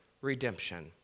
redemption